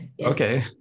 Okay